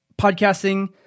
podcasting